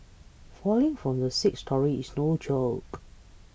falling from the sixth storey is no joke